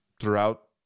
throughout